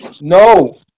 No